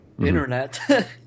Internet